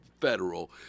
federal